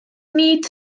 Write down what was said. nid